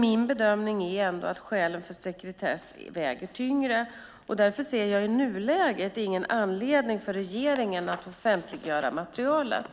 Min bedömning är ändå att skälen för sekretess väger tyngre. Därför ser jag i nuläget ingen anledning för regeringen att offentliggöra materialet.